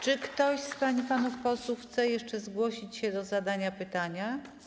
Czy ktoś z pań i panów posłów chce jeszcze zgłosić się do zadania pytania?